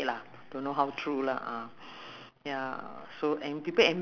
okay meet ibu at uh two one four